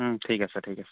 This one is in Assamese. ঠিক আছে ঠিক আছে